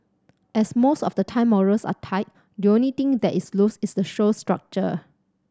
as most of the time morals are tight the only thing that is loose is the show's structure